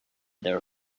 their